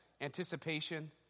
anticipation